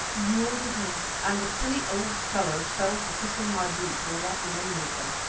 beautiful! and the silly old fellow fell to kissing my boots, or what remained of them,